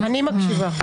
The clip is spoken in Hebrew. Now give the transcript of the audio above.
אני מקשיבה.